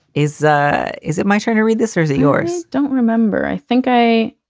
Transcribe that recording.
is ah is it my turn to read this or is it yours? don't remember. i think i.